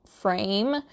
frame